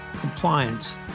Compliance